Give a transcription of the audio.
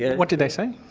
and what did they say?